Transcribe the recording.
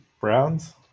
Browns